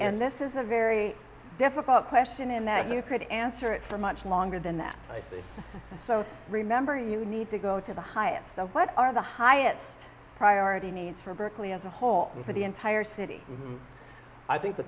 and this is a very difficult question in that you could answer it for much longer than that i think so remember you need to go to the highest of what are the highest priority needs for berkeley as a whole for the entire city i think the